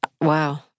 Wow